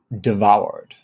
Devoured